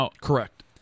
Correct